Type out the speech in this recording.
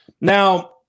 now